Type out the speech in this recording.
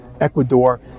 Ecuador